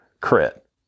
crit